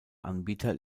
anbieter